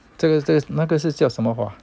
这个那个是叫什么花